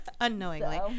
Unknowingly